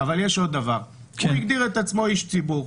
אבל יש עוד דבר הוא מגדיר את עצמו איש ציבור.